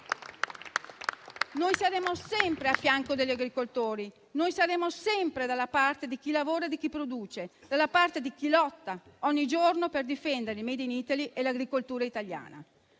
Noi saremo sempre a fianco degli agricoltori. Noi saremo sempre dalla parte di chi lavora e di chi produce, dalla parte di chi lotta ogni giorno per difendere il *made in Italy* e l'agricoltura italiana.